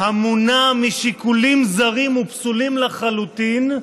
המונע משיקולים זרים ופסולים לחלוטין,